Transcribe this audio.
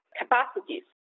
capacities